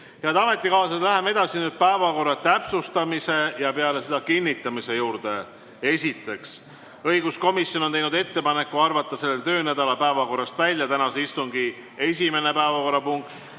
ametikaaslased, läheme edasi päevakorra täpsustamise ja peale seda selle kinnitamise juurde. Esiteks, õiguskomisjon on teinud ettepaneku arvata selle töönädala päevakorrast välja tänase istungi esimene päevakorrapunkt,